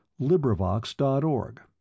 LibriVox.org